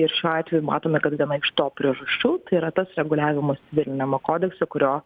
ir šiuo atveju matome kad viena iš to priežasčių tai yra tas reguliavimas civiliniame kodekse kurio